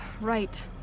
Right